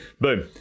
Boom